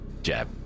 jab